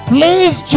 Please